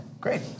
great